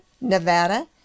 Nevada